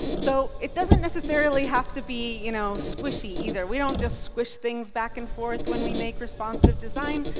so it doesn't necessarily have to be you know squishy either. we don't just squish things back and forth when we make responsive design.